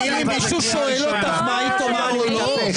מישהו שואל אותך מה היא תאמר או לא?